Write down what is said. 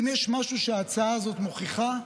אם יש משהו שההצעה הזאת מוכיחה,